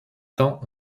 temps